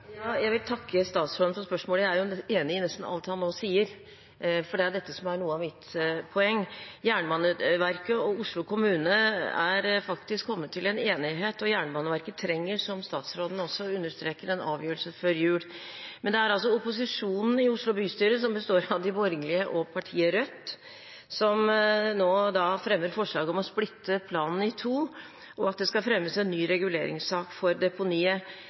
Jeg vil takke statsråden for svaret. Jeg er enig i nesten alt han nå sier, for det er dette som er noe av mitt poeng. Jernbaneverket og Oslo kommune har faktisk kommet til en enighet, og Jernbaneverket trenger, som statsråden også understreker, en avgjørelse før jul. Men det er opposisjonen i Oslo bystyre, som består av de borgerlige partiene og partiet Rødt, som nå fremmer forslag om å splitte planen i to, og at det skal fremmes en ny reguleringssak for deponiet.